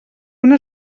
una